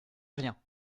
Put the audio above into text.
rien